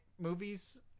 movies